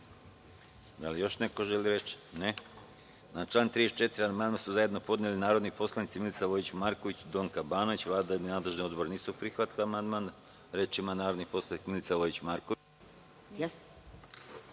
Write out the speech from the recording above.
Da li još neko želi reč? (Ne)Na član 34. amandman su zajedno podnele narodni poslanici Milica Vojić Marković i Donka Banović. Vlada i nadležni odbor nisu prihvatili amandman. Reč ima narodni poslanik Milica Vojić Marković.